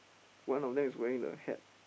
one of them is wearing the hat